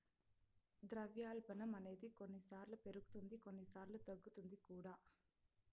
ద్రవ్యోల్బణం అనేది కొన్నిసార్లు పెరుగుతుంది కొన్నిసార్లు తగ్గుతుంది కూడా